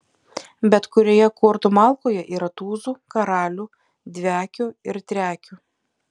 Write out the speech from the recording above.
bet kurioje kortų malkoje yra tūzų karalių dviakių ir triakių